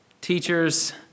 teachers